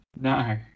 No